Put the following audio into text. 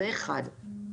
זה אחד.